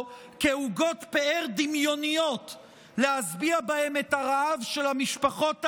כעוגות פאר דמיוניות להשביע בהן את הרעב של המשפחות העניות,